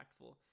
impactful